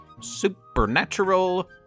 supernatural